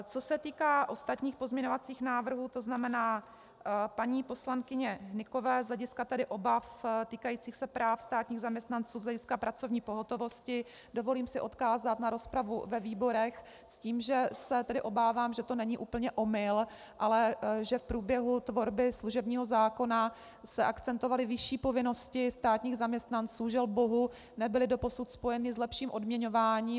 Co se týká ostatních pozměňovacích návrhů, to znamená paní poslankyně Hnykové z hlediska tedy obav týkajících se práv státních zaměstnanců z hlediska pracovní pohotovosti, dovolím si odkázat na rozpravu ve výborech s tím, že se tedy obávám, že to není úplně omyl, ale že v průběhu tvorby služebního zákona se akcentovaly vyšší povinnosti státních zaměstnanců, želbohu nebyly doposud spojeny s lepším odměňováním.